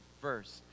first